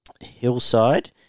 hillside